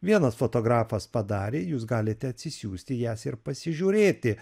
vienas fotografas padarė jūs galite atsisiųsti jas ir pasižiūrėti